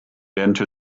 into